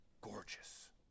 gorgeous